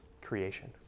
creation